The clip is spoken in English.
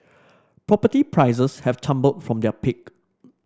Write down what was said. property prices have tumbled from their peak